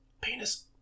Penis